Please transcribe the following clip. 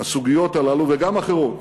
הסוגיות הללו וגם עם אחרות,